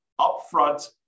upfront